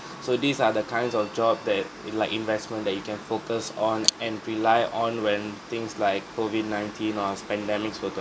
so these are the kinds of job that in like investment that you can focus on and rely on when things like COVID nineteen or pandemics were to